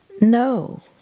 no